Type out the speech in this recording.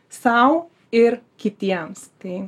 sau ir kitiems tai